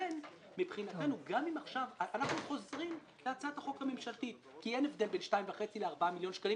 אנחנו חוזרים להצעת החוק הממשלתית כי אין הבדל בין 2.5 ל-4 מיליון שקלים